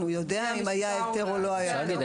אם הוגשה בקשה יש לציין